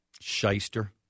shyster